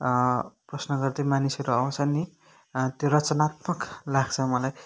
प्रश्न गर्थे मानिसहरू आउँछन् नि त्यो रचनात्मक लाग्छ मलाई